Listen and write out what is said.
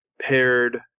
paired